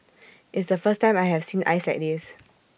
it's the first time I have seen ice like this